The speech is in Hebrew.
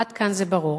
עד כאן זה ברור.